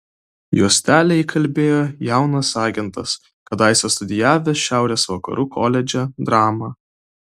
juostelę įkalbėjo jaunas agentas kadaise studijavęs šiaurės vakarų koledže dramą